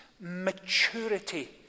maturity